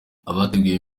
abateguye